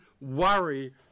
worry